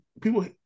people